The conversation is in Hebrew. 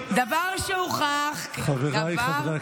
או שזה פרסונלי או,